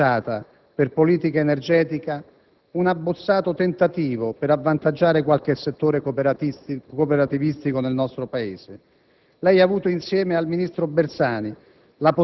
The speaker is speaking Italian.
Signor Presidente, non può essere spacciata per politica energetica il tentativo di avvantaggiare qualche settore cooperativistico nel nostro Paese.